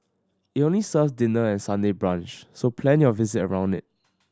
it only serves dinner and Sunday brunch so plan your visit around it